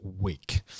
week